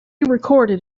recorded